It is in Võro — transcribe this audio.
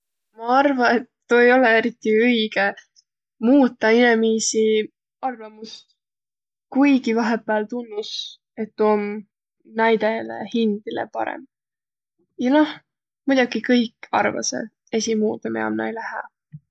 Ma arva, et tuu ei olõ eriti õigõ muutaq inemiisi arvamust, kuigi vaheqpääl tunnus, et tuu om näidele hindile parõmb. Ja noh muidoki kõik arvasõq esiqmuudu, miä om näile hää.